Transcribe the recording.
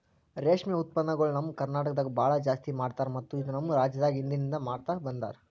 ರೇಷ್ಮೆ ಉತ್ಪನ್ನಗೊಳ್ ನಮ್ ಕರ್ನಟಕದಾಗ್ ಭಾಳ ಜಾಸ್ತಿ ಮಾಡ್ತಾರ ಮತ್ತ ಇದು ನಮ್ ರಾಜ್ಯದಾಗ್ ಹಿಂದಿನಿಂದ ಮಾಡ್ತಾ ಬಂದಾರ್